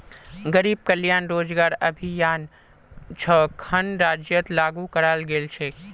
गरीब कल्याण रोजगार अभियान छो खन राज्यत लागू कराल गेल छेक